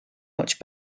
much